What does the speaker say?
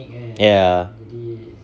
ya